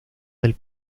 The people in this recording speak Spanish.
del